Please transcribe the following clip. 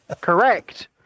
Correct